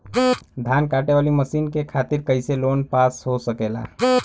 धान कांटेवाली मशीन के खातीर कैसे लोन पास हो सकेला?